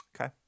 Okay